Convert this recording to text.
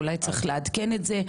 אולי צריך לעדכן את זה,